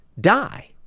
die